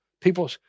People